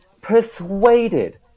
persuaded